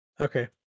Okay